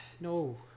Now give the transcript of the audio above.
No